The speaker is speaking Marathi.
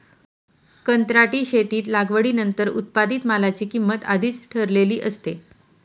कंत्राटी शेतीत लागवडीनंतर उत्पादित मालाची किंमत आधीच ठरलेली असते